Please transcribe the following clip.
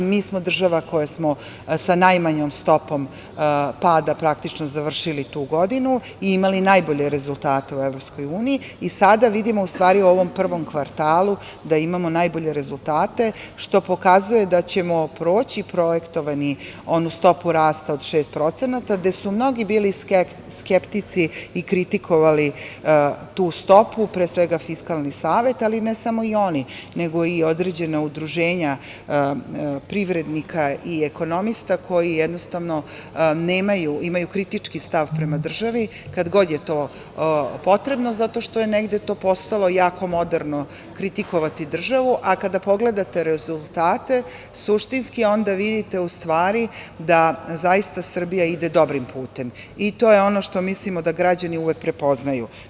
Mi smo država koja smo sa najmanjom stopom pada praktično završili tu godinu i imali najbolje rezultate u EU i sada vidimo, u stvari, u ovom prvom kvartalu da imamo najbolje rezultate, što pokazuje da ćemo proći projektovanu onu stopu rasta od 6%, gde su mnogi bili skeptici i kritikovali tu stopu, pre svega, Fiskalni savet, ali ne samo oni, nego i određena udruženja privrednika i ekonomista koji jednostavno imaju kritički stav prema državi kad god je to potrebno, zato što je negde to postalo jako moderno kritikovati državu, a kada pogledate rezultate suštinski, onda vidite da zaista Srbija ide dobrim putem i to je ono što mislimo da građani uvek prepoznaju.